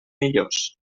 millors